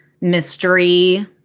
mystery